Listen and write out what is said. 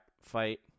fight